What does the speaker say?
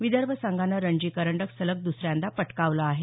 विदर्भ संघानं रणजी करंडक सलग दुसऱ्यांदा पटकावला आहे